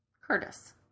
Curtis